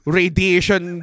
radiation